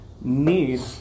need